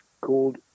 called